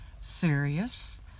serious